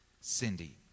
Cindy